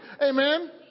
Amen